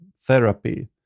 therapy